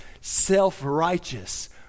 self-righteous